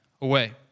away